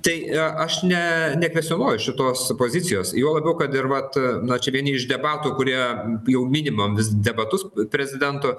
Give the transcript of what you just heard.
tai aš ne nekvestionuoju šitos pozicijos juo labiau kad ir vat na čia vieni iš debatų kurie jau minimom vis debatus prezidento